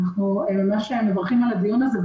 אנחנו ממש מברכים על הדיון הזה,